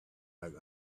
like